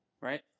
right